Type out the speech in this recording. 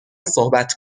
صحبت